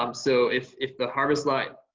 um so if if the harvest lot,